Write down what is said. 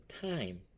Time